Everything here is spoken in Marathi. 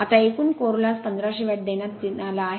आता एकूण कोर लॉस 1500 वॅट देण्यात आला आहे